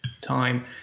time